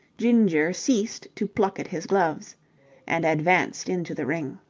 ginger ceased to pluck at his gloves and advanced into the ring.